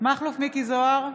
מכלוף מיקי זוהר,